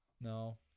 no